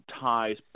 ties